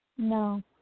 No